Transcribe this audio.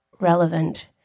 relevant